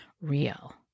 real